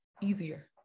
easier